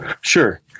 Sure